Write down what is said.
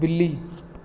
ਬਿੱਲੀ